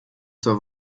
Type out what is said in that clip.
zur